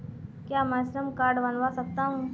क्या मैं श्रम कार्ड बनवा सकती हूँ?